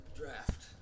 draft